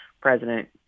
president